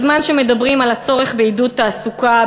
בזמן שמדברים על הצורך בעידוד תעסוקה,